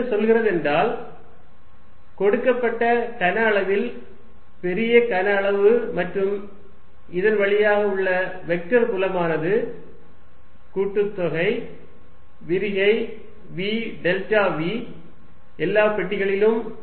அது என்ன சொல்கிறது என்றால் கொடுக்கப்பட்ட கன அளவில் பெரிய கன அளவு மற்றும் இதன் வழியாக உள்ள வெக்டர் புலமானது கூட்டுத்தொகை விரிகை v டெல்டா v எல்லா பெட்டிகளிலும்